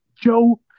Joe